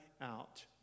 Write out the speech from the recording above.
out